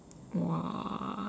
!wah!